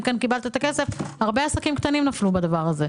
כן קיבלת את הכסף הרבה עסקים קטנים נפלו בדבר הזה.